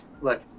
Look